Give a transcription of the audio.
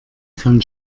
kann